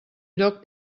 lloc